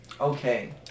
Okay